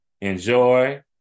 enjoy